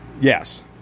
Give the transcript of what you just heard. Yes